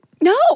No